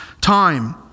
time